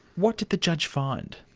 what did the judge find?